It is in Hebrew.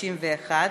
191),